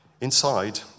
Inside